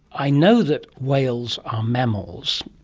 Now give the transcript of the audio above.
i know that whales are mammals,